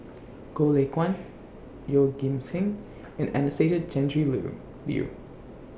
Goh Lay Kuan Yeoh Ghim Seng and Anastasia Tjendri Liew Liew